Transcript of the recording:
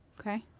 Okay